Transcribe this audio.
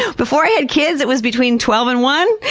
yeah before i had kids, it was between twelve and one.